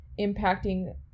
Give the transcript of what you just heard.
impacting